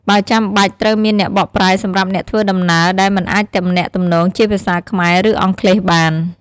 បើចាំបាច់ ត្រូវមានអ្នកបកប្រែសម្រាប់អ្នកធ្វើដំណើរដែលមិនអាចទំនាក់ទំនងជាភាសាខ្មែរ ឬអង់គ្លេសបាន។